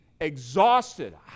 exhausted